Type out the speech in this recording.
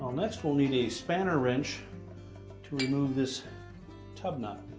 um next, we'll need a spanner wrench to remove this tub nut.